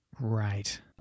Right